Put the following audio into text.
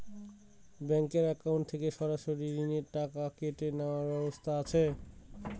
Bank account থেকে সরাসরি ঋণের টাকা কেটে নেওয়ার ব্যবস্থা আছে?